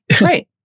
Right